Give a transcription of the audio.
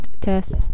test